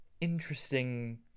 Interesting